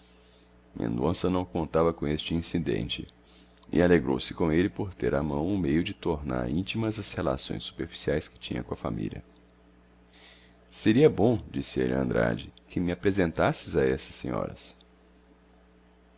margarida mendonça não contava com este incidente e alegrou-se com ele por ter à mão o meio de tornar íntimas as relações superficiais que tinha com a família seria bom disse ele a andrade que me apresentasses a estas senhoras